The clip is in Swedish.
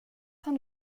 han